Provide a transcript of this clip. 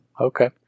Okay